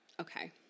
Okay